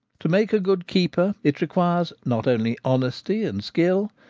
to make a good keeper it requires not only honesty and skill,